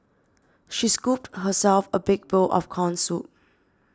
she scooped herself a big bowl of Corn Soup